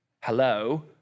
Hello